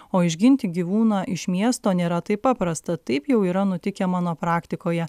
o išginti gyvūną iš miesto nėra taip paprasta taip jau yra nutikę mano praktikoje